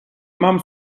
mam